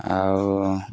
ଆଉ